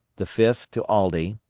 the fifth to aldie,